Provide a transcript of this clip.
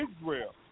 Israel